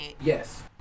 Yes